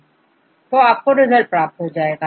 तो आप रिजल्ट प्राप्त कर पाएंगे